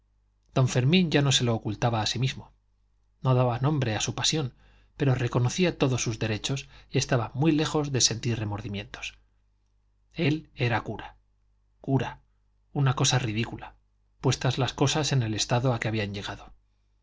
don fermín ya no se lo ocultaba a sí mismo no daba nombre a su pasión pero reconocía todos sus derechos y estaba muy lejos de sentir remordimientos él era cura cura una cosa ridícula puestas las cosas en el estado a que habían llegado